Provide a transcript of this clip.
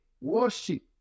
worship